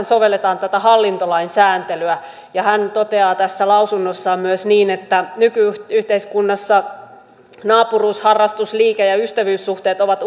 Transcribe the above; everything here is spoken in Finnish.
sovelletaan tätä hallintolain sääntelyä hän toteaa tässä lausunnossaan myös niin että nyky yhteiskunnassa naapuruus harrastus liike ja ystävyyssuhteet ovat